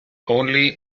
only